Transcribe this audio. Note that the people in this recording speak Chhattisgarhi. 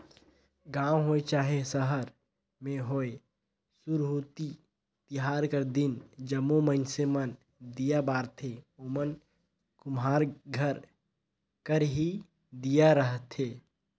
गाँव होए चहे सहर में होए सुरहुती तिहार कर दिन जम्मो मइनसे मन दीया बारथें ओमन कुम्हार घर कर ही दीया रहथें